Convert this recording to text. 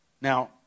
Now